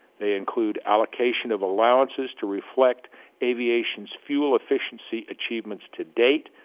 they include allocation of allowances to reflect aviation's fuel efficiency achievements to date,